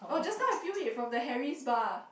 oh just now I feel it from the Harry's bar